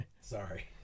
Sorry